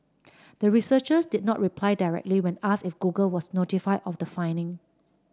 the researchers did not reply directly when asked if Google was notified of the finding